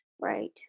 Right